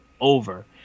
over